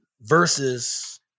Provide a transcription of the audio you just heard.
versus